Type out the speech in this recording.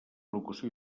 locució